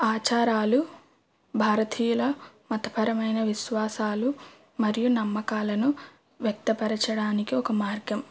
ఆచారాలు భారతీయుల మతపరమైన విశ్వాసాలు మరియు నమ్మకాలను వ్యక్తపరచడానికి ఒక మార్గం